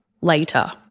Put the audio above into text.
later